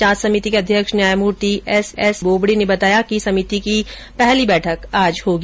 जांच समिति के अध्यक्ष न्यायमूर्ति एस एस बोबडे ने बताया कि समिति की पहली बैठक आज होगी